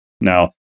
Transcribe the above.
Now